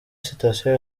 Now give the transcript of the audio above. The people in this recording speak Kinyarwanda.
sitasiyo